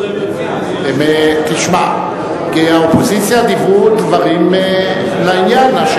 כי האופוזיציה דיברו דברים לעניין.